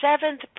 seventh